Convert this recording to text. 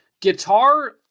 guitar